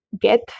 get